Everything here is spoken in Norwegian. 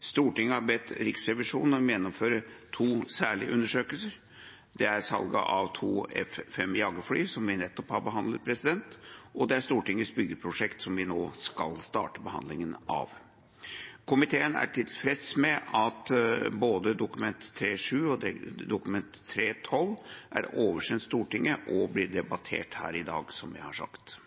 Stortinget har bedt Riksrevisjonen om å gjennomføre to særlige undersøkelser: Det er salget av to F-5 jagerfly – saken som vi nettopp har behandlet – og det er Stortingets byggeprosjekt, saken som vi nå skal starte behandlingen av. Komiteen er tilfreds med at både Dokument 3:7 for 2016–2017 og Dokument 3:12 for 2016–2017 er oversendt Stortinget og blir debattert her i dag, som jeg har sagt.